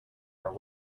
are